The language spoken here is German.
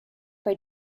bei